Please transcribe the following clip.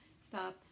stop